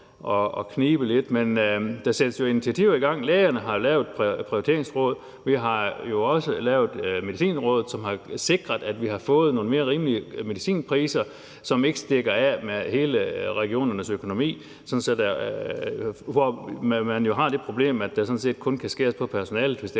at knibe lidt. Men der sættes initiativer i gang, og lægerne har lavet et Prioriteringsråd, og vi har også lavet Medicinrådet, som har sikret, vi har fået nogle mere rimelige medicinpriser, som ikke stikker af med regionernes samlede økonomi, hvor man jo har det problem, at der sådan set kun kan skæres på personalet,